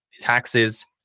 taxes